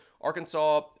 Arkansas